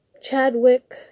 Chadwick